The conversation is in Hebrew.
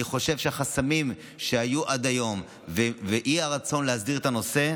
אני חושב שהחסמים שהיו עד היום ואי-רצון להסדיר את הנושא,